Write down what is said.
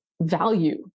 value